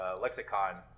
lexicon